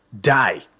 die